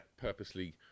purposely